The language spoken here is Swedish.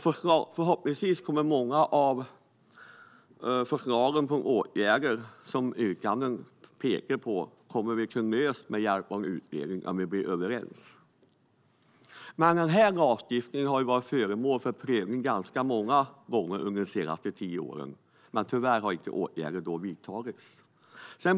Förhoppningsvis kommer många av förslagen till åtgärder som yrkandena pekar på att lösas genom utredningen, om vi blir överens. Men den här lagstiftningen har varit föremål för prövning ganska många gånger under de senaste tio åren, men tyvärr har åtgärder då inte vidtagits.